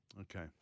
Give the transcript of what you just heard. Okay